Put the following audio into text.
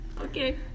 okay